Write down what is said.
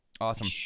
Awesome